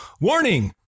warning